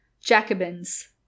jacobins